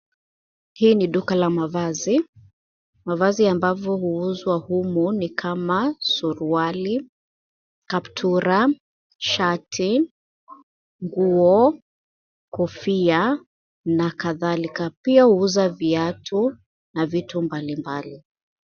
Hii ni duka la mavazi. Mavazi ambavo huuzwa humu ni kama, suruali, kaptura, shati, nguo, kofia na kadhalika. Pia huuza viatu na vitu mbali mbali.